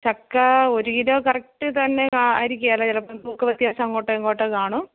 ചക്ക ഒരു kilo correct തന്നെ ആയിരിക്കുകയില്ല ചിലപ്പോൾ തൂക്കം വ്യത്യാസം അങ്ങോട്ടോ ഇങ്ങോട്ടോ കാണും